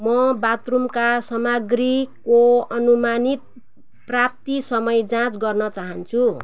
म बाथरुमका सामाग्रीको अनुमानित प्राप्ति समय जाँच गर्न चाहन्छु